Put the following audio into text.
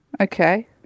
Okay